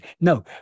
No